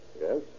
Yes